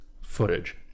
footage